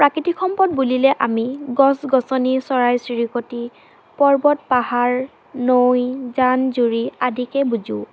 প্ৰাকৃতিক সম্পদ বুলিলে আমি গছ গছনি চৰাই চিৰিকটি পৰ্বত পাহাৰ নৈ জান জুৰি আদিকে বুজোঁ